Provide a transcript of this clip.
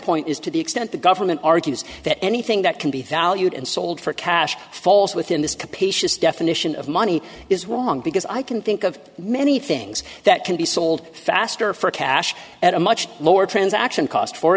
point is to the extent the government argues that anything that can be valued and sold for cash falls within this capacious definition of money is wrong because i can think of many things that can be sold faster for cash at a much lower transaction cost for